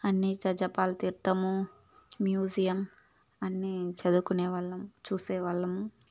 అన్నీ జ జపాల్ తీర్థము మ్యూజియం అన్నీ చదువుకునే వాళ్ళం చూసేవాళ్ళము